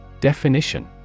Definition